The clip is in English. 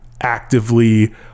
actively